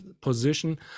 position